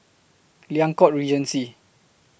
Liang Court Regency